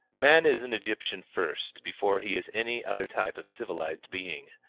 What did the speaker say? man is an egyptian first, before he is any other type of civilized being.